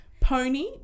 Pony